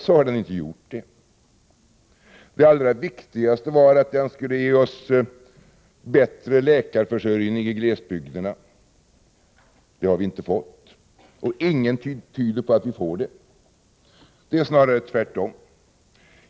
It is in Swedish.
Det allra viktigaste argumentet för Dagmarreformen var att den skulle ge oss en bättre läkarförsörjning i glesbygderna. Det har vi inte fått, och ingenting tyder på att vi får det. Det är snarare tvärtom.